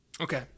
Okay